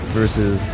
versus